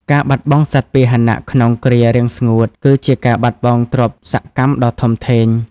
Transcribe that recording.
ការបាត់បង់សត្វពាហនៈក្នុងគ្រារាំងស្ងួត គឺជាការបាត់បង់ទ្រព្យសកម្មដ៏ធំធេង។